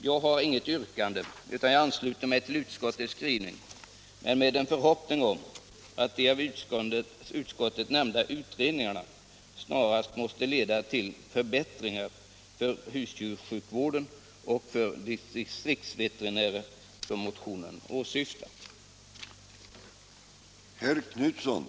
Jag har inget yrkande utan ansluter mig till utskottets skrivning, men gör det med en förhoppning om att de av utskottet nämnda utredningarna snarast leder till de förbättringar för husdjurssjukvården och distriktsveterinärsorganisationen som motionen åsyftar.